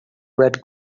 red